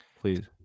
please